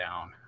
down